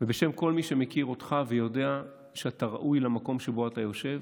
ובשם כל מי שמכיר אותך ויודע שאתה ראוי למקום שבו אתה יושב,